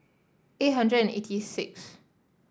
eight hundred and eighty sixth